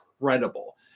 incredible